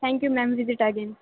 thank you ma'am visit again